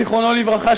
זיכרונו לברכה,